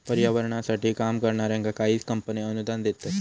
पर्यावरणासाठी काम करणाऱ्यांका काही कंपने अनुदान देतत